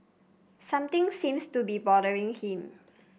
something seems to be bothering him